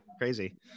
crazy